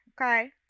okay